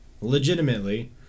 legitimately